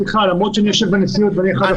למרות שאני יושב בנשיאות ואני אחד הסגנים,